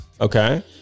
Okay